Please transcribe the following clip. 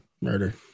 murder